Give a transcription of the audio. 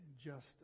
justice